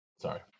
sorry